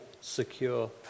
secure